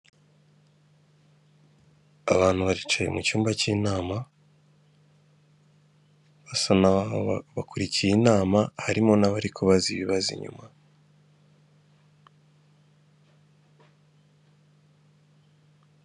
Abantu baricaye mucyumba cy'inama basa naho bakurikiye inama harimo n'abari kubaza ibibazo inyuma.